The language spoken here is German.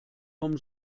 vom